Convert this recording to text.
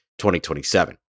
2027